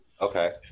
Okay